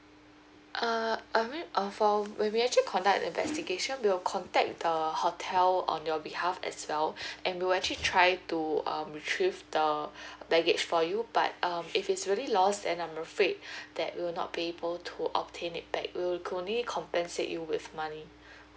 err I mean uh for we'll actually conduct investigation we'll contact the hotel on your behalf as well and we'll actually try to uh retrieve the baggage for you but um if it's really lost and I'm afraid that we'll not be able to obtain it back we will only compensate you with money